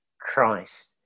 Christ